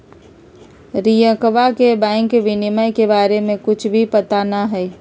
रियंकवा के बैंक विनियमन के बारे में कुछ भी पता ना हई